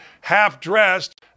half-dressed